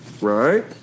Right